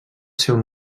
seu